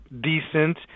decent